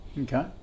Okay